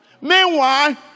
Meanwhile